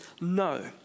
No